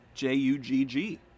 J-U-G-G